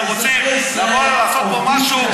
אנחנו רוצים לבוא ולעשות פה משהו,